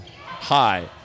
Hi